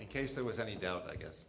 in case there was any doubt i guess